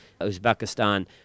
Uzbekistan